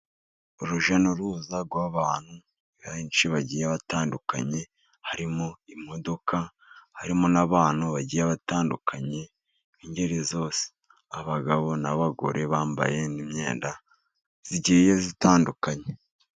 urujya n'uruza rw'abantu benshi bagiye batandukanye, harimo imodoka, harimo n'abantu bagiye batandukanye ingeri zose. Abagabo n'abagore bambaye imyenda igiye itandukanye.